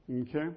Okay